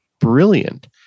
brilliant